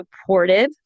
supportive